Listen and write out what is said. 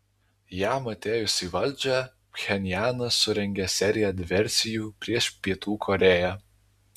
jam atėjus į valdžią pchenjanas surengė seriją diversijų prieš pietų korėją